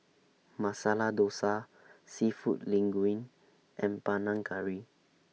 Masala Dosa Seafood Linguine and Panang Curry